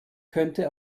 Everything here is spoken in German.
könnte